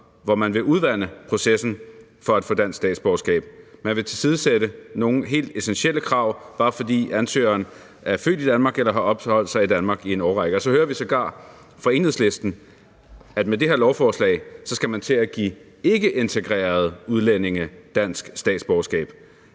hvor man vil udvande processen for at få dansk statsborgerskab. Man vil tilsidesætte nogle helt essentielle krav, bare fordi ansøgeren er født i Danmark eller har opholdt sig i Danmark i en årrække. Og så hører vi sågar fra Enhedslisten, at man med det her beslutningsforslag skal til at give ikkeintegrerede udlændinge dansk statsborgerskab.